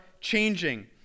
changing